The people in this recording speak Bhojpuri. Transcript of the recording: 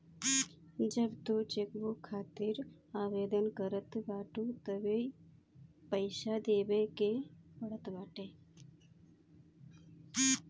जब तू चेकबुक खातिर आवेदन करत बाटअ तबे इ पईसा देवे के पड़त बाटे